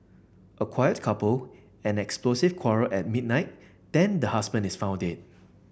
a quiet couple an explosive quarrel at midnight then the husband is found dead